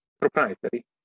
proprietary